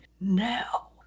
now